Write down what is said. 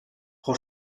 frau